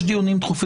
יש דיונים דחופים,